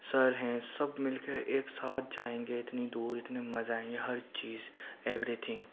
سر ہیں سب مل کے ایک ساتھ جائیں گے اتنی دور اتنے مزے آئیں گے ہر چیز ایوری تھنگ